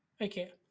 Okay